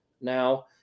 now